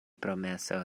promeso